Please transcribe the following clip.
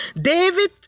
David